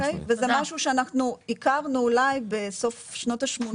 וזה משהו שאנחנו הכרנו אולי בסוף שנות ה-80',